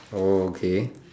oh okay